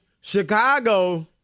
Chicago